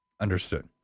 Understood